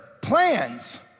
plans